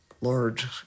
large